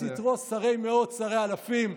פרשת יתרו, שרי מאות, שרי אלפים,